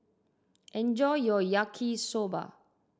enjoy your Yaki Soba